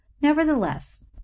Nevertheless